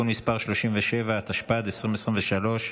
התשפ"ד 2023,